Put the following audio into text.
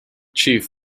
chief